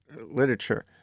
literature